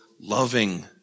loving